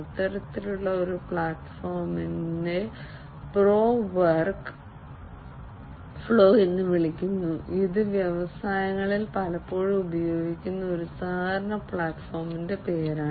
അത്തരത്തിലുള്ള ഒരു പ്ലാറ്റ്ഫോമിനെ പ്രോ വർക്ക് ഫ്ലോ എന്ന് വിളിക്കുന്നു ഇത് വ്യവസായങ്ങളിൽ പലപ്പോഴും ഉപയോഗിക്കുന്ന ഒരു സഹകരണ പ്ലാറ്റ്ഫോമിന്റെ പേരാണ്